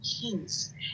kings